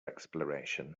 exploration